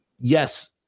yes